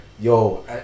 yo